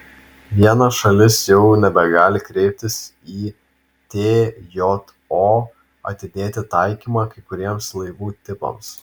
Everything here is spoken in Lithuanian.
viena šalis jau nebegali kreiptis į tjo atidėti taikymą kai kuriems laivų tipams